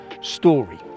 story